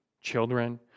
children